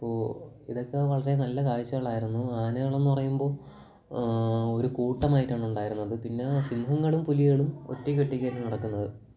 അപ്പോൾ ഇതൊക്കെ വളരെ നല്ല കാഴ്ച്ചകളായിരുന്നു ആനകളെന്നു പറയുമ്പോൾ ഒരു കൂട്ടമായിട്ടാണ് ഉണ്ടായിരുന്നത് പിന്നേ സിംഹങ്ങളും പുലികളും ഒറ്റക്കൊറ്റക്കാണ് നടക്കുന്നത്